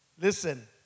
Listen